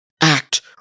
Act